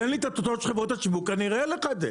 תן לי את התוצאות של חברות השיווק ואני אראה לך את זה,